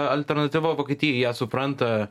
alternatyva vokietijai ją supranta